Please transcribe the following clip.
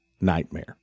nightmare